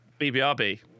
BBRB